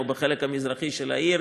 או בחלק המזרחי של העיר,